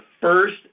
first